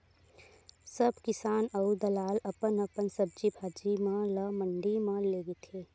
सब किसान अऊ दलाल अपन अपन सब्जी भाजी म ल मंडी म लेगथे